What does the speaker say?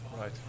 right